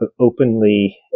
openly